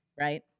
right